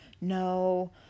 no